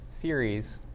series